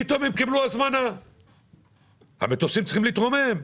כי פתאום הם קיבלו הזמנה והמפעל בארצות הברית עוד לא מוכן.